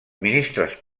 ministres